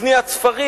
קניית ספרים,